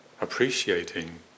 appreciating